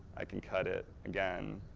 i can cut it again,